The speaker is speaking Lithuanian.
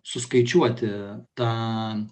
suskaičiuoti tą